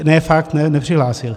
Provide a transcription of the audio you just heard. Ne fakt, nepřihlásil!